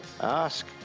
Ask